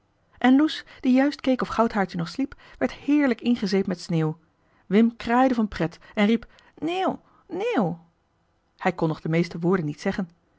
en loes die juist keek of goudhaartje nog sliep werd heerlijk ingezeept met sneeuw wim kraaide van pret en riep neeuw neeuw hij kon nog de meeste woorden niet zeggen